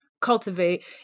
cultivate